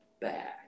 Back